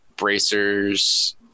bracers